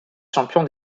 champion